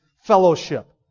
fellowship